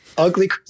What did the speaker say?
ugly